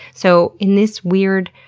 so in this weird,